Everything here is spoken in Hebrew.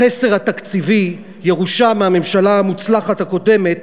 החסר התקציבי, ירושה מהממשלה "המוצלחת" הקודמת,